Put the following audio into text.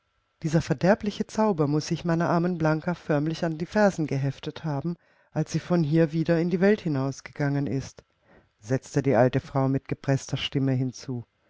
dieser verderbliche zauber muß sich meiner armen blanka förmlich an die fersen geheftet haben als sie von hier wieder in die welt hinausgegangen ist setzte die alte frau mit gepreßter stimme hinzu